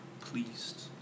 pleased